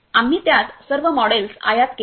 आम्ही त्यात सर्व मॉडेल्स आयात केले